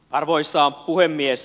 arvoisa puhemies